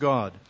God